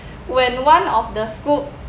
when one of the schools